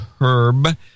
Herb